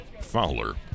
Fowler